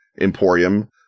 emporium